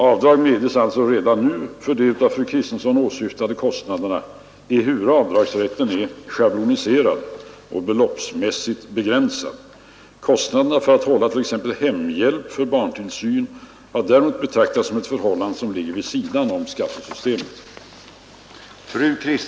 Avdrag medges alltså redan nu för de av fru Kristensson åsyftade kostnaderna ehuru avdragsrätten är schabloniserad och beloppsmässigt begränsad. Kostnaderna för att hålla t.ex. hemhjälp för barntillsyn har däremot betraktats som ett förhållande som ligger vid sidan av skattesystemet.